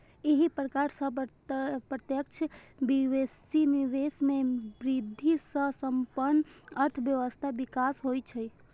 एहि प्रकार सं प्रत्यक्ष विदेशी निवेश मे वृद्धि सं संपूर्ण अर्थव्यवस्थाक विकास होइ छै